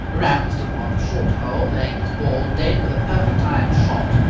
ramsden won the short hole, laying his ball dead with a perfect iron shot,